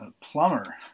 plumber